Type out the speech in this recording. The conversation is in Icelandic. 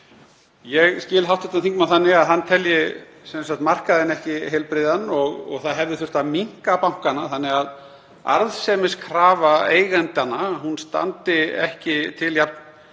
Ég skil hv. þingmann þannig að hann telji markaðinn ekki heilbrigðan og að það hefði þurft að minnka bankana þannig að arðsemiskrafa eigendanna standi ekki til jafn